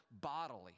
bodily